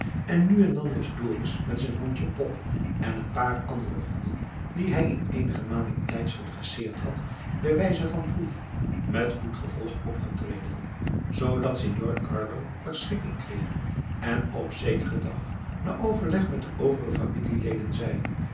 en nu en dan was dorus met zijn hondje bop en een paar andere honden die hij in eenige maanden tijds gedresseerd had bij wijze van proef met goed gevolg opgetreden zoodat signor carlo er schik in kreeg en op zekeren dag na overleg met de overige familieleden zei